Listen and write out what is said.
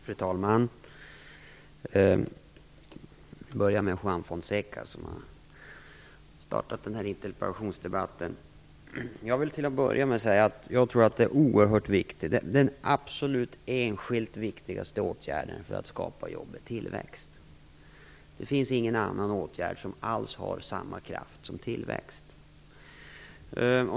Fru talman! Jag börjar med att vända mig till Juan Fonseca som har startat den här interpellationsdebatten. Jag tror att den enskilt absolut viktigaste åtgärden för att skapa jobb är tillväxt. Det finns ingen annan åtgärd som alls har samma kraft som tillväxt.